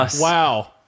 Wow